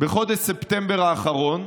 בחודש ספטמבר האחרון,